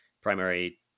primary